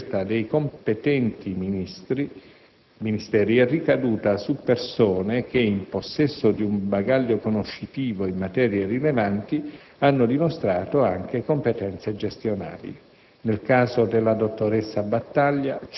Dai *curricula* risulta che la scelta dei competenti Ministeri è ricaduta su persone che, in possesso di un bagaglio conoscitivo in materie rilevanti, hanno dimostrato anche competenze gestionali.